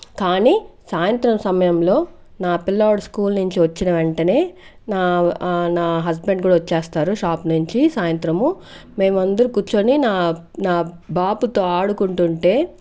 కానీ సాయంత్రం సమయంలో నా పిల్లోడు స్కూల్ నుంచి వచ్చిన వెంటనే నా నా హస్బెండ్ కూడా వచ్చేస్తారు షాప్ నుంచి సాయంత్రము మేము అందరు కూర్చుని నా నా బాబుతో ఆడుకుంటుంటే